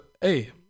Hey